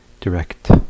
direct